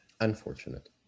Unfortunate